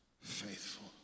Faithful